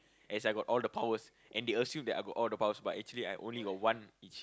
as I got all the powers and they assume that I got all the powers but actually I only got one each